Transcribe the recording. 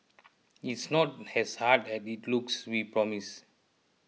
it's not as hard as it looks we promise